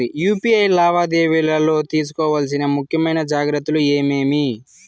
UPI లావాదేవీలలో తీసుకోవాల్సిన ముఖ్యమైన జాగ్రత్తలు ఏమేమీ?